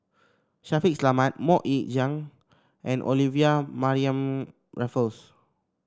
Shaffiq Selamat MoK Ying Jang and Olivia Mariamne Raffles